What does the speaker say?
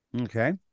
Okay